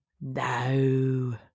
No